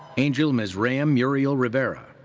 angel mizraim muriel-rivera.